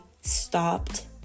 stopped